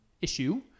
issue